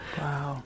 Wow